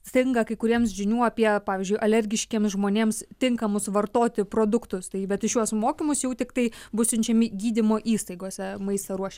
stinga kai kuriems žinių apie pavyzdžiui alergiškiems žmonėms tinkamus vartoti produktus tai bet į šiuos mokymus jau tiktai bus siunčiami gydymo įstaigose maistą ruoš